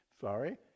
sorry